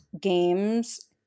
games